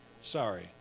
sorry